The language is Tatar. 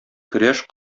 көрәш